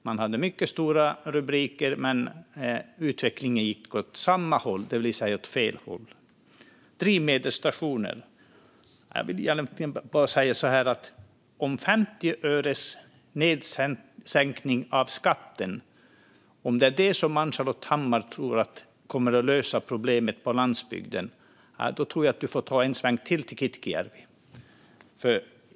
Man hade mycket stora rubriker, men utvecklingen gick åt samma håll, det vill säga åt fel håll. När det gäller drivmedelsstationer vill jag säga att om Ann-Charlotte Hammar Johnsson tror att 50 öres sänkning av skatten kommer att lösa problemet på landsbygden får hon nog ta en till sväng till Kitkiöjärvi.